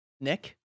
Nick